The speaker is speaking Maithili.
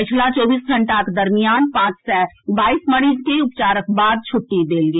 पछिला चौबीस घंटाक दरमियान पांच सय बाईस मरीज के उपचारक बाद छुट्टी देल गेल